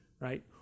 right